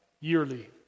yearly